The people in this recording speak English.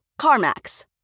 CarMax